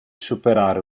superare